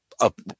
up